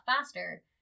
faster